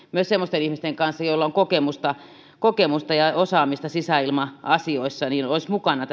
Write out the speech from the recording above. semmoisten ihmisten kanssa joilla on kokemusta kokemusta ja ja osaamista sisäilma asioissa he olisivat mukana